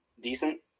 decent